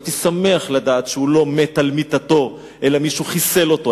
הייתי שמח לדעת שהוא לא מת על מיטתו אלא מישהו חיסל אותו.